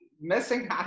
missing